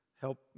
help